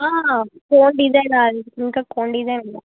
cone డిజైనా అండి ఇంకా కోన్ డిజైన్ ఉందా